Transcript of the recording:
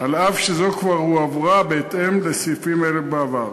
אף שזו כבר הועברה בהתאם לסעיפים אלה בעבר.